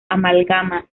amalgama